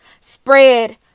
Spread